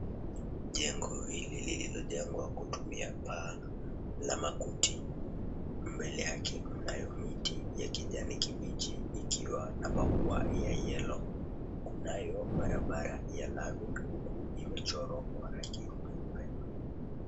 Jengo hili lililojengwa kutumia paa la makuti. Mbele yake mnayo miti ya kijani kibichi ikiwa na maua ya yellow . Kunayo barabara ya lami huku imechorwa kwa rangi nyeupe.